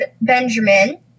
Benjamin